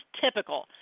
typical